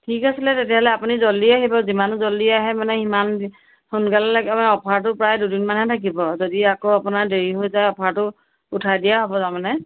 ঠিক আছিলে তেতিয়াহ'লে আপুনি জল্দি আহিব যিমান জল্দি আহে মানে সিমান সোনকালে লাগে মানে অ'ফাৰটো প্ৰায় দুদিনমানহে থাকিব যদি আকৌ আপোনাৰ দেৰি হৈ যায় অ'ফাৰটো উঠাই দিয়া হ'ব তাৰমানে